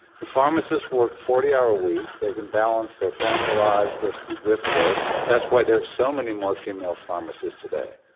the pharmacists work forty hour weeks. they can balance their family lives with with work. that's why there are so many more female pharmacists today.